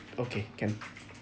okay can